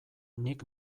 nik